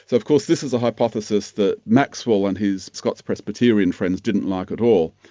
so because this is the hypothesis that maxwell and his scots presbyterian friends didn't like at all.